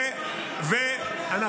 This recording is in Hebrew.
לך --- דברים, אתה לא יודע הלכה.